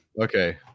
Okay